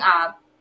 up